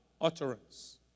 Utterance